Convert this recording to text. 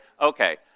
okay